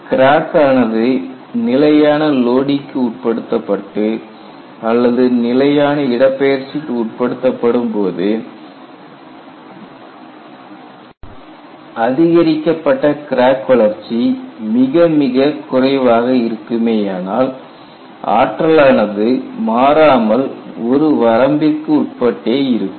crack ஆனது நிலையான லோடிங்க்கு உட்படுத்தப்பட்டு அல்லது நிலையான இடப்பெயர்ச்சிக்கு உட்படுத்தப்படும்போது அதிகரிக்கப்பட்ட கிராக் வளர்ச்சி மிகமிக குறைவாக இருக்குமே யானால் ஆற்றலானது மாறாமல் ஒரு வரம்பிற்குட்பட்டே இருக்கும்